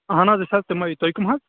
اَہَن حظ أسۍ حظ تِمےَ تُہۍ کٕم حظ